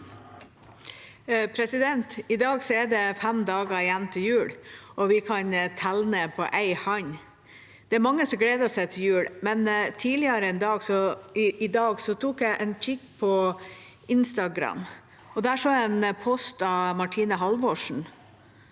I dag er det fem dager igjen til jul, og vi kan telle ned på en hånd. Det er mange som gleder seg til jul, men tidligere i dag tok jeg en kikk på Instagram, og der så jeg en post av Martine Halvorsen